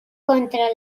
contra